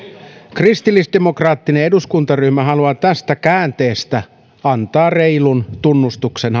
kristillisdemokraattinen eduskuntaryhmä haluaa tästä käänteestä antaa reilun tunnustuksen